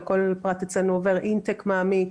כל פרט אצלנו עובר intake מעמיק,